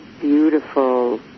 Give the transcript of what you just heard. beautiful